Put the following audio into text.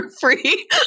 free